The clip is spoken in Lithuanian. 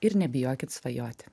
ir nebijokit svajoti